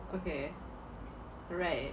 okay right